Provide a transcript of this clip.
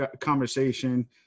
conversation